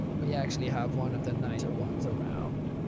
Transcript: we actually have one of the nicer ones around.